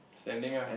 standing ah